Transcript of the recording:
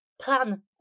plan